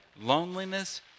loneliness